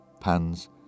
Pans